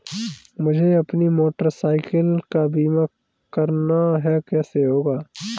मुझे अपनी motorcycle का बीमा करना है कैसे होगा?